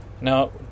Now